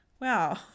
wow